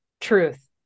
truth